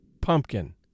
pumpkin